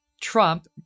Trump